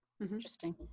Interesting